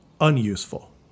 unuseful